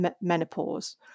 menopause